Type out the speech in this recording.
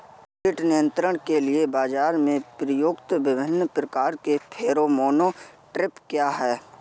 कीट नियंत्रण के लिए बाजरा में प्रयुक्त विभिन्न प्रकार के फेरोमोन ट्रैप क्या है?